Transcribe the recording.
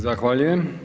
Zahvaljujem.